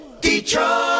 Detroit